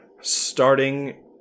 starting